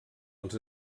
els